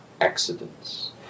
accidents